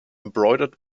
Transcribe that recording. embroidered